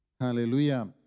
Hallelujah